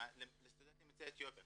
בהתאם לסטודנטים יוצאי אתיופיה.